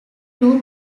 two